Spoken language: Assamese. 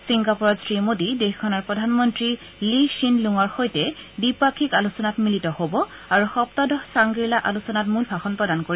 ছিংগাপুৰত শ্ৰীমোদী দেশখনৰ পপ্ৰানমন্তী লী শ্বিন লুঙৰ সৈতে দ্বিপাক্ষিক আলোচনাত মিলিত হ'ব আৰু সপ্তদশ চাংগ্ৰিলা আলোচনাত মূল ভাষণ প্ৰদান কৰিব